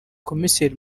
komiseri